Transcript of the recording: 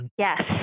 Yes